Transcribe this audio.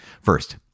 First